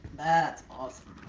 that's awesome.